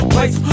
Place